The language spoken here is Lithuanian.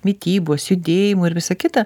mitybos judėjimo ir visa kita